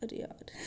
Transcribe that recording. अरे यार